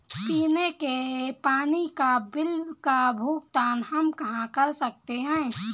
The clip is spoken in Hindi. पीने के पानी का बिल का भुगतान हम कहाँ कर सकते हैं?